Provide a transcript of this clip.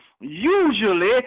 usually